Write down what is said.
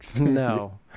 No